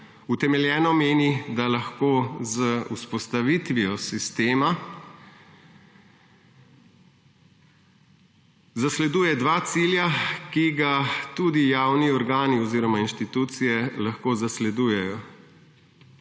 utemeljeno meni, da lahko z vzpostavitvijo sistema zasleduje dva cilja, ki ju tudi javni organi oziroma inštitucije lahko zasledujejo.